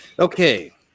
Okay